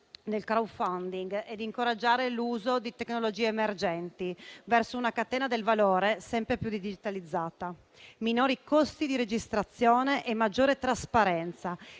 nel *crowdfunding*, ed incoraggiare l'uso di tecnologie emergenti verso una catena del valore sempre più digitalizzata. Minori costi di registrazione e maggiore trasparenza